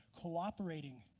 cooperating